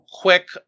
Quick